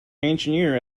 engineer